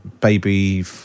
baby